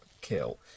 kill